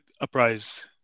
Uprise